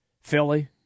Philly